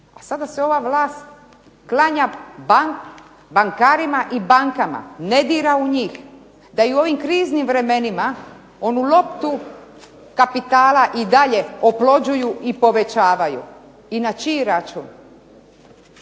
A sada se ova vlast klanja bankarima i bankama, ne dira u njih. Da i u ovim kriznim vremenima onu loptu kapitala i dalje oplođuju i dalje povećavaju i na čiji račun.